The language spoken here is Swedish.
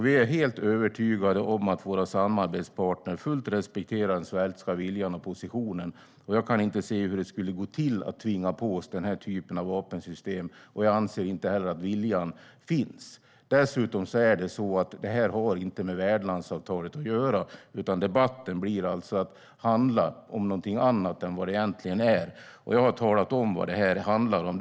Vi är helt övertygade om att våra samarbetspartner fullt ut respekterar den svenska viljan och positionen. Jag kan inte se hur det skulle gå till att tvinga på oss den här typen av vapensystem, och jag anser inte heller att viljan finns. Dessutom har det här inte med värdlandsavtalet att göra, utan debatten handlar om någonting annat än vad det här egentligen är. Jag har talat om vad det handlar om.